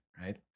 right